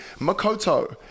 Makoto